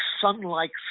sun-like